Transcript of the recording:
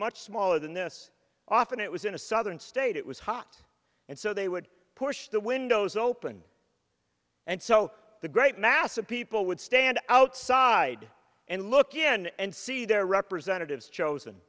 much smaller than this often it was in a southern state it was hot and so they would push the windows open and so the great mass of people would stand outside and look in and see their representatives chosen